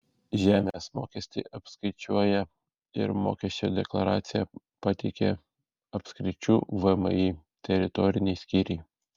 žemės mokestį apskaičiuoja ir mokesčio deklaraciją pateikia apskričių vmi teritoriniai skyriai